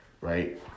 right